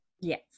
yes